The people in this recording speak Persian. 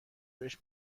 بهش